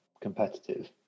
competitive